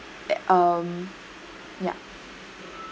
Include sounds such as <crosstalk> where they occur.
<noise> um ya